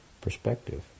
perspective